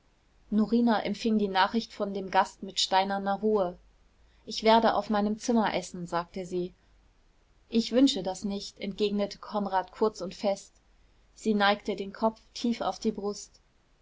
norina empfing die nachricht von dem gast mit steinerner ruhe ich werde auf meinem zimmer essen sagte sie ich wünsche das nicht entgegnete konrad kurz und fest sie neigte den kopf tief auf die brust